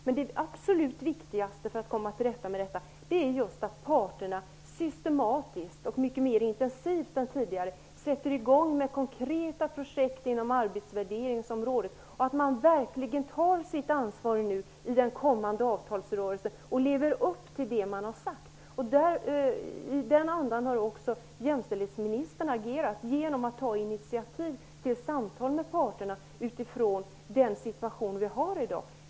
Men det absolut viktigaste för att komma till rätta med detta är att parterna systematiskt och mycket mer intensivt än tidigare sätter i gång konkreta projekt inom arbetsvärderingsområdet och verkligen tar sitt ansvar i den kommande avtalsrörelsen och lever upp till det man har sagt. I den andan har också jämställdhetsministern agerat genom att ta initiativ till samtal med parterna utifrån den situation vi har i dag.